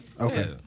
Okay